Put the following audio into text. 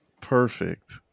perfect